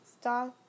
start